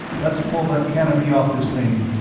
let's pull the canopy off this thing.